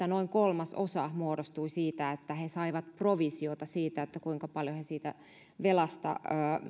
noin kolmasosa muodostui siitä että he saivat provisiota siitä kuinka paljon he siitä velasta